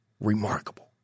Remarkable